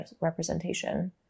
representation